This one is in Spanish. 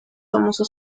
famoso